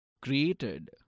created